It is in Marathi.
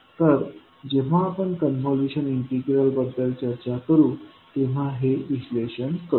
तर जेव्हा आपण कॉन्व्होल्यूशन इंटिग्रल बद्दल चर्चा करू तेव्हा हे विश्लेषण करू